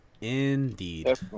Indeed